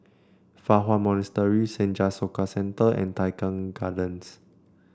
Fa Hua Monastery Senja Soka Centre and Tai Keng Gardens